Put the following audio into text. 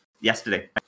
yesterday